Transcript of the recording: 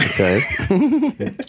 okay